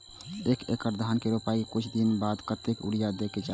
एक एकड़ धान के रोपाई के कुछ दिन बाद कतेक यूरिया दे के चाही?